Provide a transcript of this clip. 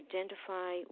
Identify